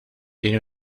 tiene